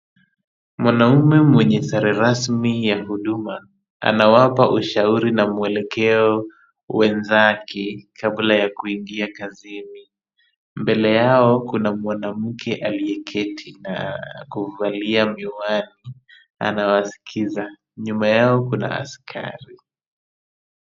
Mwanamume mwenye sare rasmi ya mhuduma, anawapa ushauri na mwelekeo wenzake kabla ya kuingia kazini. Mbele yao kuna mwanamke aliyeketi na kuvalia miwani na anawasikiza. Nyuma yao kuna askari.